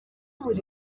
buri